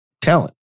talent